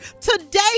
Today